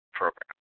program